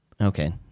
Okay